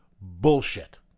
bullshit